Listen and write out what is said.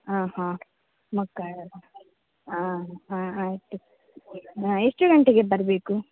ಹಾಂ ಹಾಂ ಮಕ್ಕಳು ಹಾಂ ಹಾಂ ಆಯಿತು ಹಾಂ ಎಷ್ಟು ಗಂಟೆಗೆ ಬರಬೇಕು